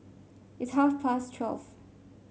it's half past twelve